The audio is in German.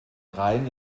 rein